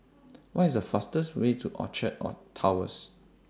What IS The fastest Way to Orchard Towers